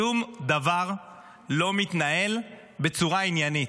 שום דבר לא מתנהל בצורה עניינית.